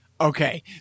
okay